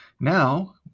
Now